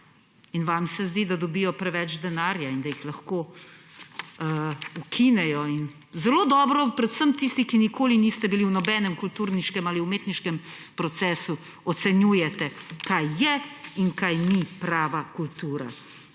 In vam se zdi, da dobijo preveč denarja in da jih lahko ukinejo. Zelo dobro predvsem tisti, ki nikoli niste bili v nobenem kulturniškem ali umetniškem procesu, ocenjujete, kaj je in kaj ni prava kultura.